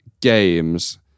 games